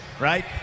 right